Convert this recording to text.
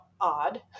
odd